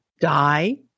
die